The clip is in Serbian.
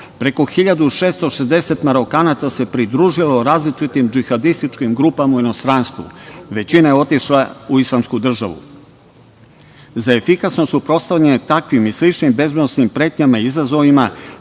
preko 1.660 Marokanaca se pridružilo različitim džihadističkim grupama u inostranstvu. Većina je otišla u islamsku državu.Za efikasno suprotstavljanje takvim i sličnim bezbednosnim pretnjama i izazovima,